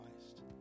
Christ